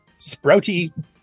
Sprouty